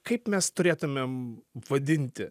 kaip mes turėtumėm vadinti